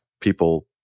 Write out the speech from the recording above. people